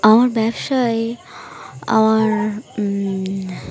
আমার ব্যবসায় আমার